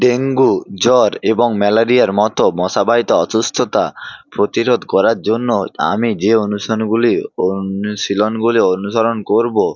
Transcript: dengue জ্বর এবং ম্যালারিয়ার মতো মশাবাহিত অসুস্থতা প্রতিরোধ করার জন্য আমি যে অনুসনগুলি অনুশীলনগুলি অনুসরণ করবো